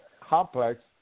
complex